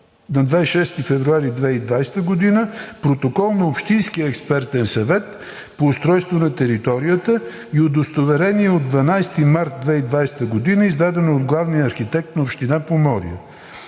на 26 февруари 2020 г. Протокол на общинския експертен съвет по устройство на територията и Удостоверение от 12 март 2020 г., издадено от главния архитект на община Поморие.